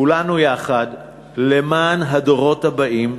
כולנו יחד למען הדורות הבאים,